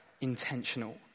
intentional